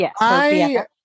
Yes